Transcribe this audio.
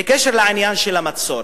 בעניין של המצור,